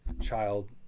child